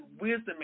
wisdom